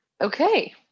Okay